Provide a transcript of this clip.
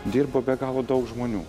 dirbo be galo daug žmonių